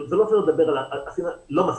לא מספיק.